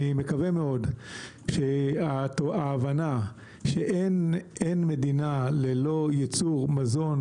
אני מקווה מאוד שההבנה שאין מדינה ללא יצור מזון